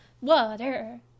water